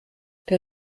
der